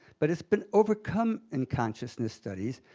but it's been overcome in consciousness studies,